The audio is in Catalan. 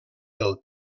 del